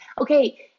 okay